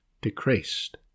decreased